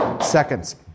seconds